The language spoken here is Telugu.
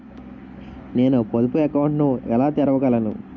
నేను పొదుపు అకౌంట్ను ఎలా తెరవగలను?